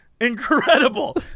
incredible